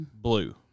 blue